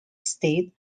states